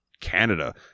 Canada